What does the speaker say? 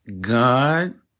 God